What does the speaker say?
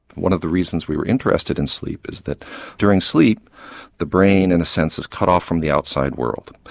one of the reasons we were interested in sleep is that during sleep the brain in a sense is cut off from the outside world.